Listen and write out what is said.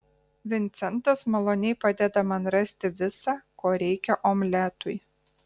vincentas maloniai padeda man rasti visa ko reikia omletui